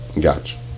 Gotcha